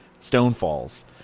Stonefalls